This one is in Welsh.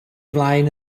flaen